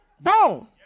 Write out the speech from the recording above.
Boom